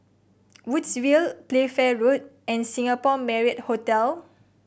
Woodsville Playfair Road and Singapore Marriott Hotel